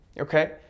Okay